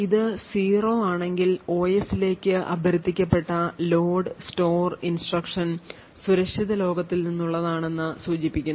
ഇത് 0 ആണെങ്കിൽ OSലേക്ക് അഭ്യർത്ഥിക്കപ്പെട്ട loadstore instruction സുരക്ഷിത ലോകത്തിൽ നിന്നുള്ളതാണെന്ന് സൂചിപ്പിക്കുന്നു